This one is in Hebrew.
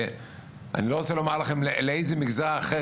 אני לא רוצה לומר לכם לאיזה מגזר אחר,